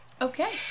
Okay